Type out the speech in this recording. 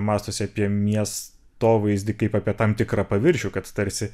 mąstosi apie miestovaizdį kaip apie tam tikrą paviršių kad tarsi